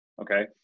okay